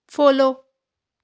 follow